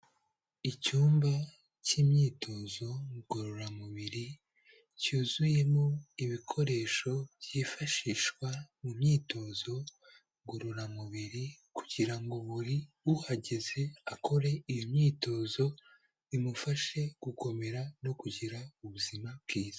Icyumba cy'imyitozo ngororamubiri cyuzuyemo ibikoresho byifashishwa mu myitozo ngororamubiri kugira ngo buri uhageze akore iyo myitozo imufashe gukomera no kugira ubuzima bwiza.